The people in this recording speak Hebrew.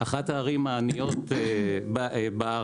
אחת הערים העניות בארץ.